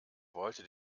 wollte